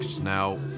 Now